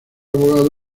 abogado